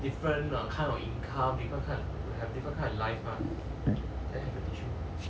car